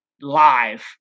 live